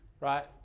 right